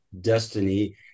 destiny